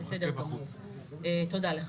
תודה לך.